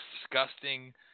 disgusting